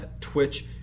Twitch